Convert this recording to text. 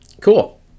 Cool